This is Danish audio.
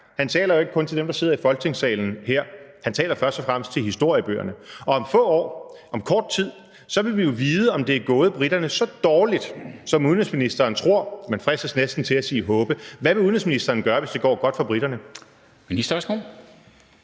han taler ikke kun til dem, der sidder her i Folketingssalen, men han taler først og fremmest til historiebøgerne, og om få år, om kort tid, vil vi jo vide, om det er gået briterne så dårligt, som udenrigsministeren tror, og man fristes næsten til at sige håber. Hvad vil udenrigsministeren gøre, hvis det går godt for briterne? Kl.